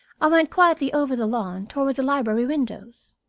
i went quietly over the lawn toward the library windows.